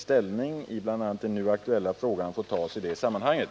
Ställning i bl.a. den nu aktuella frågan får tas i det sammanhanget.